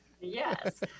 Yes